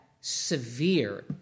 severe